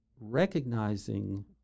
recognizing